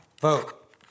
Vote